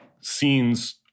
scenes